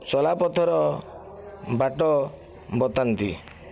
ଚଲାପଥର ବାଟ ବତାନ୍ତି